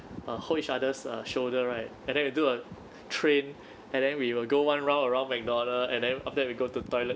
uh hold each other's uh shoulder right and then you do a train and then we will go one round around mcdonald and then after that we go to toilet